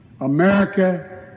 America